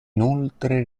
inoltre